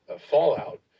fallout